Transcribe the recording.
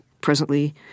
presently